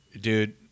dude